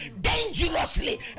dangerously